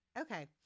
Okay